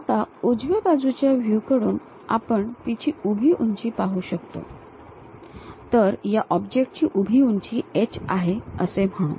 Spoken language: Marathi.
आता उजव्या बाजूच्या व्ह्यूकडून आपण तिची उभी उंची पाहू शकतो तर या ऑब्जेक्ट ची उभी उंची H आहे असे म्हणू